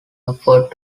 afford